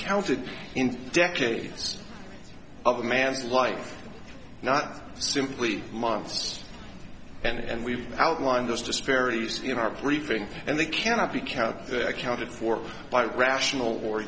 counted in decades of a man's life not simply months and we've outlined those disparities in our briefing and they cannot be counted accounted for by rational or